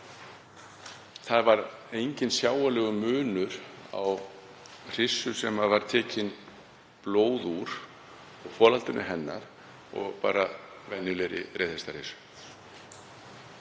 Það var enginn sjáanlegur munur á hryssu sem tekið var blóð úr og folaldinu hennar og bara venjulegri reiðhestahryssu.